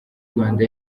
rwanda